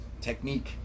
technique